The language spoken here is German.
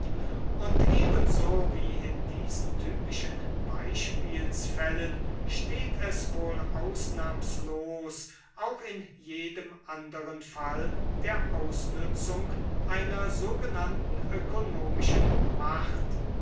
und ebenso wie in diesen typischen beispielsfällen steht es wohl ausnahmslos auch in jedem anderen fall der ausnützung einer sogenannten ökonomischen macht